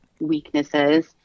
weaknesses